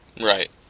Right